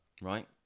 right